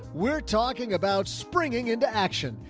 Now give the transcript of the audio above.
we're talking about springing into action.